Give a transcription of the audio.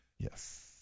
Yes